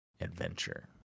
adventure